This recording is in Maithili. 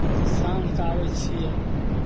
शामकेँ आबै छियै